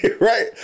right